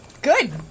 Good